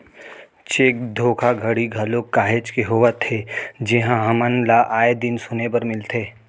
cheque धोखाघड़ी घलोक काहेच के होवत हे जेनहा हमन ल आय दिन सुने बर मिलथे